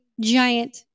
giant